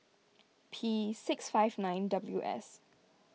P six five nine W S